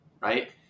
right